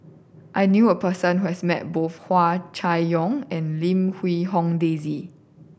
I knew a person who has met both Hua Chai Yong and Lim Quee Hong Daisy